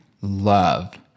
love